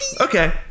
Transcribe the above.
okay